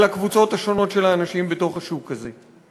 הקבוצות השונות של האנשים בתוך השוק הזה.